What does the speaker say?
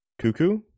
Cuckoo